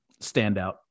standout